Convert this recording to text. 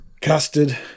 Custard